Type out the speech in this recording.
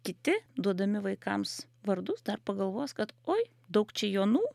kiti duodami vaikams vardus dar pagalvos kad oi daug čia jonų